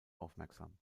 aufmerksam